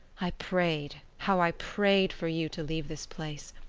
i prayed, how i prayed for you to leave this place.